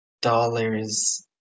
Dollars